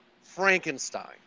Frankenstein